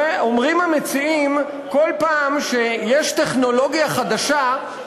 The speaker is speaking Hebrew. אומרים המציעים: כל פעם שיש טכנולוגיה חדשה,